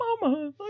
Mama